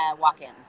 walk-ins